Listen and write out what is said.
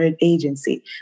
agency